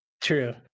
true